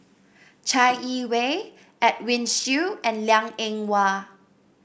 Chai Yee Wei Edwin Siew and Liang Eng Hwa